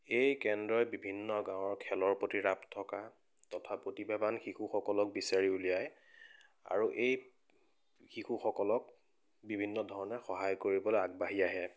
এই কেন্দ্ৰই বিভিন্ন গাঁৱৰ খেলৰ প্ৰতি ৰাপ থকা তথা প্ৰতিভাবান শিশুসকলক বিচাৰি উলিয়াই আৰু এই শিশুসকলক বিভিন্ন ধৰণে সহায় কৰিবলৈ আগবাঢ়ি আহে